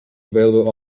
available